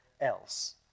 else